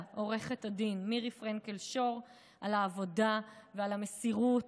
עו"ד מירי פרנקל-שור על העבודה ועל המסירות.